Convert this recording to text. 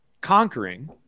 conquering